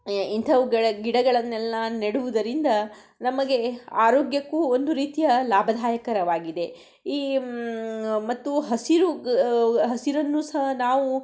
ಇಂಥವುಗಳ ಗಿಡಗಳನ್ನೆಲ್ಲ ನೆಡುವುದರಿಂದ ನಮಗೆ ಆರೋಗ್ಯಕ್ಕೂ ಒಂದು ರೀತಿಯ ಲಾಭದಾಯಕರವಾಗಿದೆ ಈ ಮತ್ತು ಹಸಿರು ಗ ಹಸಿರನ್ನು ಸಹ ನಾವು